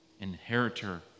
inheritor